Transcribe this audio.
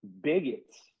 bigots